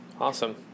Awesome